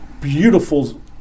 beautiful